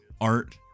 art